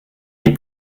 les